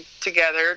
together